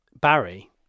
Barry